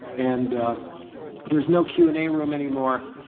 and there's no q and a room anymore.